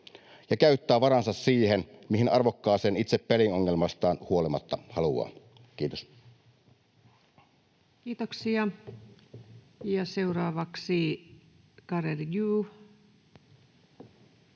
ja käyttää varansa siihen, mihin arvokkaaseen itse haluaa peliongelmastaan huolimatta. — Kiitos. Kiitoksia. — Ja seuraavaksi Garedew,